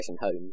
Home